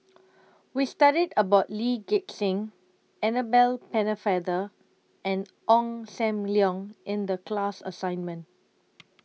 We studied about Lee Gek Seng Annabel Pennefather and Ong SAM Leong in The class assignment